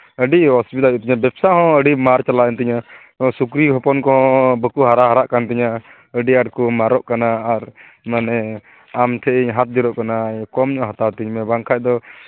ᱟᱹᱰᱤ ᱚᱥᱩᱵᱤᱫᱷᱟ ᱦᱩᱭᱩᱜ ᱛᱤᱧᱟᱹ ᱵᱮᱵᱽᱥᱟᱦᱚᱸ ᱟᱹᱰᱤ ᱢᱟᱨ ᱪᱟᱞᱟᱣᱮᱱ ᱛᱤᱧᱟᱹ ᱥᱩᱠᱨᱤ ᱦᱚᱯᱚᱱ ᱠᱚ ᱵᱟᱠᱚ ᱦᱟᱨᱟ ᱦᱟᱨᱟᱜ ᱠᱟᱱ ᱛᱤᱧᱟᱹ ᱟᱹᱰᱤ ᱟᱸᱴ ᱠᱚ ᱢᱟᱨᱚᱜ ᱠᱟᱱᱟ ᱟᱨ ᱢᱟᱱᱮ ᱟᱢ ᱴᱷᱮᱡ ᱤᱧ ᱦᱟᱛ ᱡᱳᱲᱚᱜ ᱠᱟᱱᱟ ᱠᱚᱢ ᱧᱚᱜ ᱦᱟᱛᱟᱣ ᱛᱤᱧ ᱢᱮ ᱵᱟᱝᱠᱷᱟᱱ ᱫᱚ